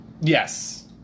Yes